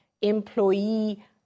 employee